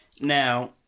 Now